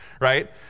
right